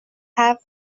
have